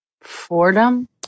Fordham